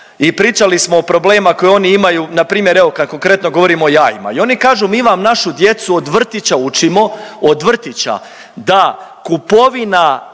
i pričali smo o problemima koje oni imaju, npr. evo, kad konkretno govorimo o jajima i oni kažu, mi vam našu djecu od vrtića učimo, od vrtića da kupovina naših